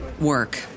work